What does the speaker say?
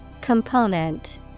Component